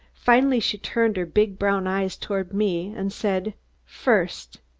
finally she turned her big brown eyes toward me and said first,